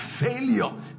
failure